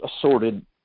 assorted